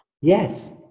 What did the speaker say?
yes